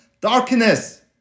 darkness